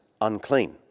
unclean